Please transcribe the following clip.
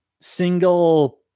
single